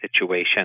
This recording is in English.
situation